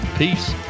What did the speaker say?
Peace